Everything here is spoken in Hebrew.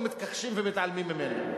או מתכחשים ומתעלמים ממנה.